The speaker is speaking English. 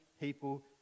people